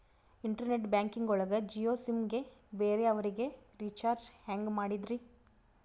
Internet banking ಒಳಗ Jio sim ಗೆ ಬೇರೆ ಅವರಿಗೆ ರೀಚಾರ್ಜ್ ಹೆಂಗ್ ಮಾಡಿದ್ರಿ?